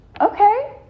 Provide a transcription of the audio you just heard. Okay